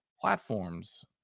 platforms